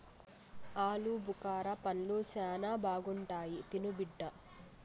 ఆలుబుకారా పండ్లు శానా బాగుంటాయి తిను బిడ్డ